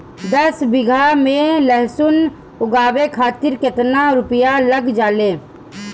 दस बीघा में लहसुन उगावे खातिर केतना रुपया लग जाले?